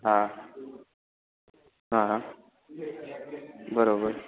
હા હા બરોબર